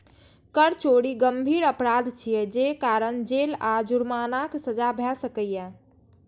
कर चोरी गंभीर अपराध छियै, जे कारण जेल आ जुर्मानाक सजा भए सकैए